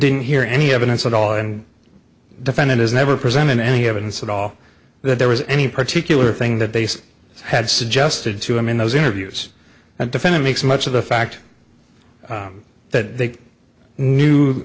didn't hear any evidence at all and defendant has never presented any evidence at all that there was any particular thing that base had suggested to him in those interviews and defended makes much of the fact that they knew